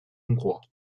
hongrois